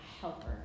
helper